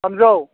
थामजौ